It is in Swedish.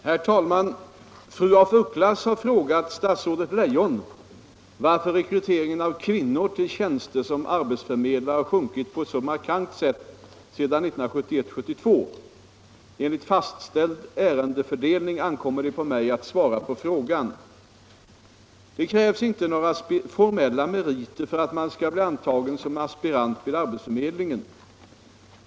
Herr talman! Fru af Ugglas har frågat statsrådet Leijon varför rekryteringen av kvinnor till tjänster som arbetsförmedlare har sjunkit på ett så markant sätt sedan 1971/72. Enligt fastställd ärendefördelning ankommer det på mig att svara på frågan. Det krävs inte några formella meriter för att man skall bli antagen som aspirant vid arbetsförmedlingen.